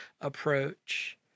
approach